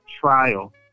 trial